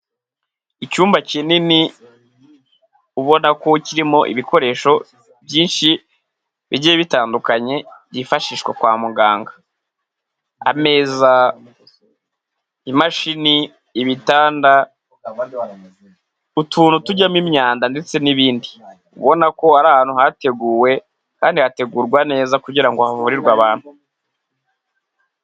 Icyumba kinini ubona ko kirimo ibikoresho byinshi bigiye bitandukanye byifashishwa kwa muganga, ameza, imashini, ibitanda, utuntu tujyamo imyanda ndetse n'ibindi, ubona ko ari ahantu hateguwe kandi hategurwa neza kugira ngo hahurirwe abantu.